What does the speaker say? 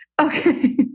Okay